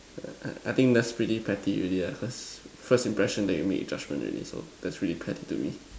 I I I think that's pretty petty already lah cause first impression that you make you judgement already so that's pretty petty to me